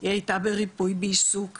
היא הייתה בריפוי בעיסוק,